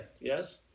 yes